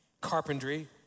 carpentry